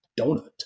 Donut